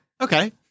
Okay